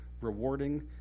rewarding